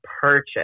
purchase